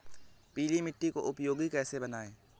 पीली मिट्टी को उपयोगी कैसे बनाएँ?